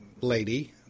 lady